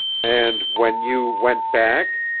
and when you went back?